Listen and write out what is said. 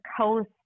coast